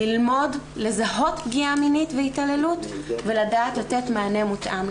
ללמוד לזהות פגיעה מינית והתעללות ולדעת לתת מענה מותאם.